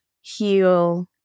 heal